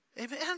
Amen